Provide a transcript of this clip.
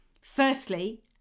Firstly